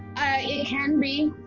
it can be.